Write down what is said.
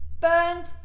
burnt